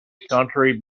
country